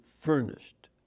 furnished